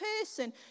person